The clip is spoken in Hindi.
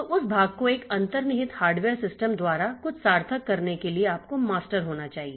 तो उस भाग को एक अंतर्निहित हार्डवेयर सिस्टम द्वारा कुछ सार्थक करने के लिए आपको मास्टर होना चाहिए